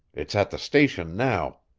it's at the station now.